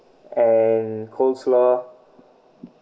and coleslaw